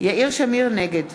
נגד